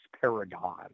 Paragon